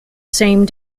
same